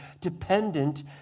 dependent